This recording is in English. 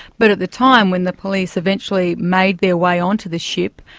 but at the time when the police eventually made their way onto the ship,